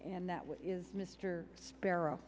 and that is mr sparrow